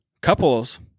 Couples